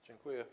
Dziękuję.